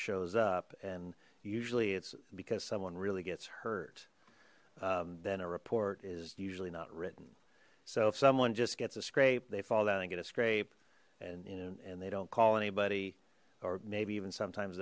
shows up and usually it's because someone really gets hurt then a report is usually not written so if someone just gets a scrape they fall down and get a scrape and you know and they don't call anybody or maybe even sometimes